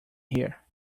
here